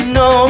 no